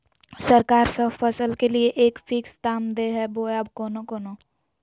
सरकार सब फसल के लिए एक फिक्स दाम दे है बोया कोनो कोनो?